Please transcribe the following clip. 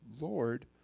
Lord